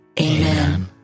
Amen